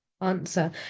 Answer